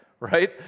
right